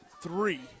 three